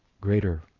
greater